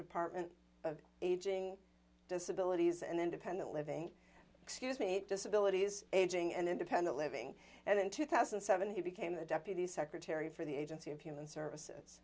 department of aging disability and independent living excuse me disability aging and independent living and in two thousand and seven he became the deputy secretary for the agency of human services